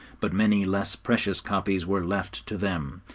but many less precious copies were left to them.